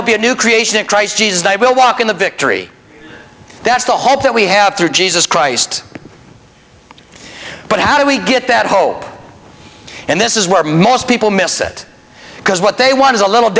will be a new creation in christ jesus they will walk in the victory that's the hope that we have through jesus christ but how do we get that hope and this is where most people miss it because what they want is a little